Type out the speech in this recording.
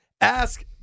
ask